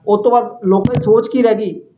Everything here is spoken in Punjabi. ਉਹ ਤੋਂ ਬਾਅਦ ਲੋਕਾਂ ਦੀ ਸੋਚ ਕੀ ਰਹਿ ਗਈ